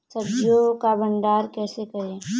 सब्जियों का भंडारण कैसे करें?